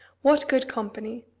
what good company!